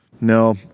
no